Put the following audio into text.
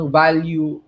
value